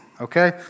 okay